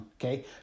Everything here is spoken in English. okay